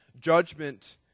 judgment